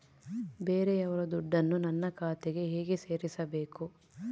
ಬೇರೆಯವರ ದುಡ್ಡನ್ನು ನನ್ನ ಖಾತೆಗೆ ಹೇಗೆ ಸೇರಿಸಬೇಕು?